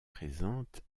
présente